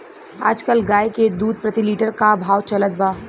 आज कल गाय के दूध प्रति लीटर का भाव चलत बा?